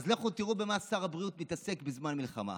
אז לכו תראו במה שר הבריאות מתעסק בזמן מלחמה.